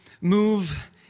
move